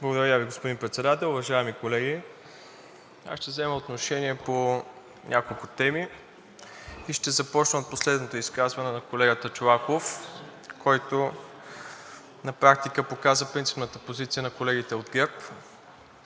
Благодаря Ви, господин Председател. Уважаеми колеги! Аз ще взема отношение по няколко теми и ще започна от последното изказване на колегата Чолаков, който на практика показа принципната позиция на колегите от ГЕРБ